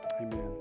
Amen